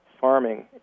farming